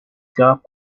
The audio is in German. gab